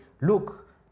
look